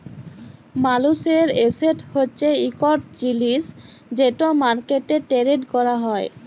মালুসের এসেট হছে ইকট জিলিস যেট মার্কেটে টেরেড ক্যরা যায়